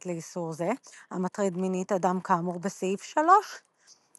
לאיסור זה "המטריד מינית אדם כאמור בסעיף 3 עד,